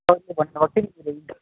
भन्नुभएको थियो नि